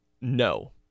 No